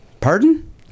Pardon